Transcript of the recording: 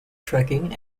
trekking